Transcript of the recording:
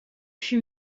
fut